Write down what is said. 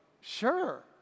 sure